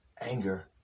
anger